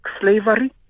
slavery